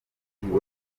abantu